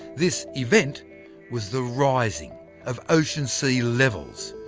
this event was the rising of ocean sea levels.